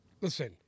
Listen